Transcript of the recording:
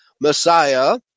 Messiah